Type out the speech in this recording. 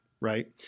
right